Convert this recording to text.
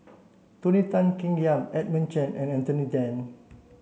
Tony Tan Keng Yam Edmund Chen and Anthony Then